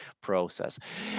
process